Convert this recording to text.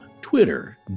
Twitter